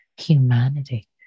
humanity